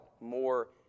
more